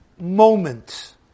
moment